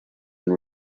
and